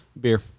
Beer